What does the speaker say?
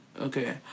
Okay